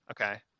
okay